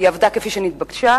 היא עבדה כפי שנתבקשה,